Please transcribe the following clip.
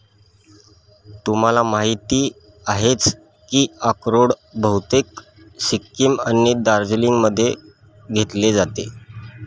तुम्हाला माहिती आहेच की अक्रोड बहुतेक सिक्कीम आणि दार्जिलिंगमध्ये घेतले जाते